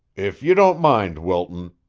if you don't mind, wilton,